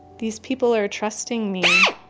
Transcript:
these people are trusting me.